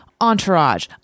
Entourage